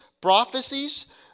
prophecies